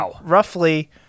roughly